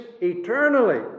eternally